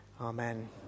Amen